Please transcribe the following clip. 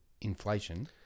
inflation